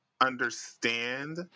understand